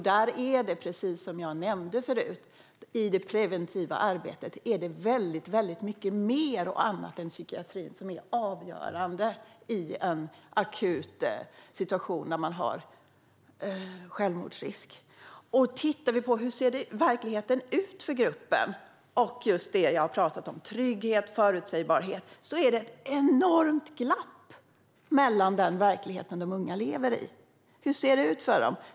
Där är det, precis som jag nämnde förut, i det preventiva arbetet väldigt mycket mer och annat än psykiatrin som är avgörande i en akut situation med självmordsrisk. När man tittar på hur verkligheten ser ut för gruppen när det gäller trygghet och förutsägbarhet, som jag pratade om, är det ett enormt glapp! Hur ser det ut för dem?